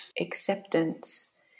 acceptance